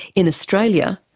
in australia,